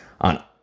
on